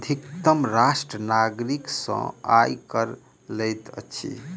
अधितम राष्ट्र नागरिक सॅ आय कर लैत अछि